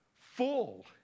full